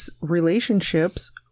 relationships